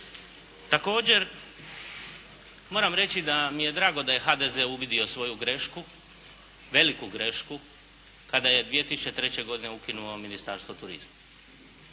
Također moram reći da nam je drago da je HDZ uvidio svoju grešku, veliku grešku kada je 2003. godine ukinuo Ministarstvo turizma.